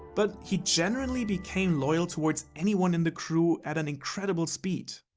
but he generally became loyal towards everyone in the crew at an incredible speed.